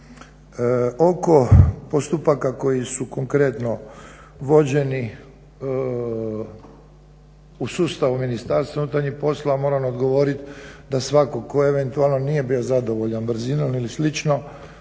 Oko postupaka koji su konkretno vođeni u sustavu Ministarstva unutarnjih poslova moram odgovoriti da svatko tko eventualno nije bio zadovoljan brzinom ili